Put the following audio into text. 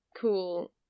cool